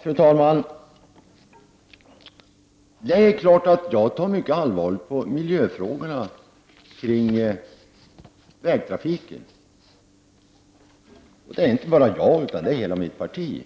Fru talman! Jag tar mycket allvarligt på miljöfrågorna kring vägtrafiken — inte bara jag utan hela mitt parti.